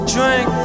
Drink